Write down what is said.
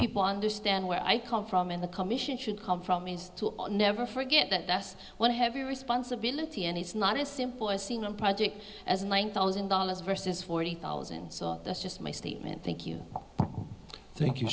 people understand where i come from and the commission should come from me to never forget that that's one heavy responsibility and it's not as simple as seeing a project as one thousand dollars versus forty thousand so that's just my statement thank you thank you